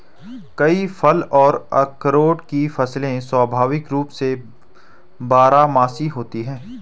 कई फल और अखरोट की फसलें स्वाभाविक रूप से बारहमासी होती हैं